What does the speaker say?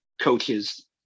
coaches